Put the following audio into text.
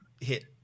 hit